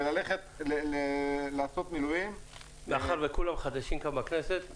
וללכת לעשות מילואים -- מה שעולה כאן לדיון בוועדה שלנו היום,